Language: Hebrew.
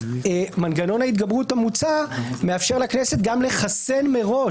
מנגנון ההתגברות המוצע מאפשר לכנסת גם לחסן מראש.